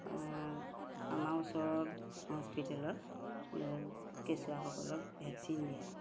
আমাৰ ওচৰৰ হস্পিটেলত কেঁচুৱাসকলক ভেকচিন দিয়ে